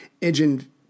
engine